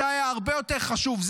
זה היה הרבה יותר חשוב.